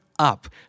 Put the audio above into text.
Up